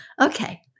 Okay